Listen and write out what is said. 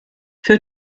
für